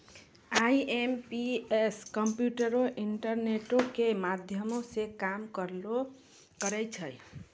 IMPS कम्प्यूटरो, इंटरनेटो के माध्यमो से काम करै छै